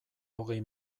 hogei